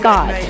God